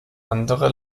andere